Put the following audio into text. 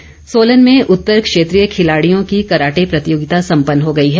karate Solan में उत्तर क्षेत्रीय खिलाड़ियों की कराटे प्रतियोगिता संपन्न हो गई है